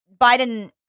Biden